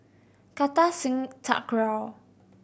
Kartar Singh Thakral